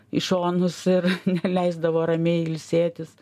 į šonus ir neleisdavo ramiai ilsėtis